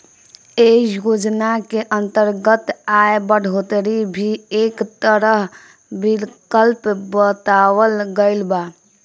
ऐ योजना के अंतर्गत आय बढ़ोतरी भी एक तरह विकल्प बतावल गईल बा